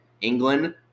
England